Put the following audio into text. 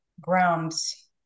grounds